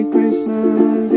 Krishna